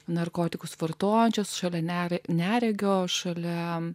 narkotikus vartojančios šalia neria neregio šalia